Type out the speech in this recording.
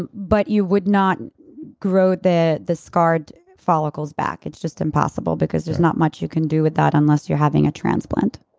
and but you would not grow the the scarred follicles back. it's just impossible because there's not much you can do with that unless you're having a transplant